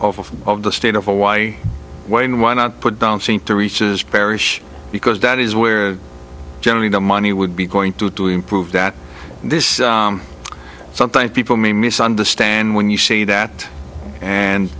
of of the state of hawaii wayne why not put down seem to riches parish because that is where generally the money would be going to to improve that this is something people may misunderstand when you see that and